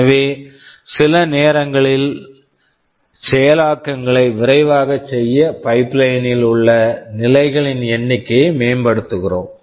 எனவே சில நேரங்களில் செயலாக்கங்களை விரைவாகச் செய்ய பைப்லைன் pipeline ல் உள்ள நிலைகளின் எண்ணிக்கையை மேம்படுத்துகிறோம்